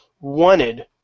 wanted